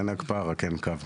אין הקפאה, רק אין קו.